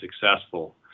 successful